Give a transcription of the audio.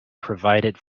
provided